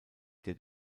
der